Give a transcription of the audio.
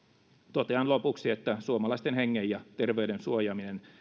totean lopuksi että suomalaisten hengen ja terveyden suojaaminen